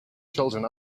children